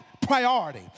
priority